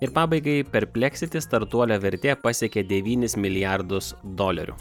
ir pabaigai perpleksiti startuolio vertė pasiekė devynis milijardus dolerių